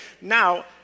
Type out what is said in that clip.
Now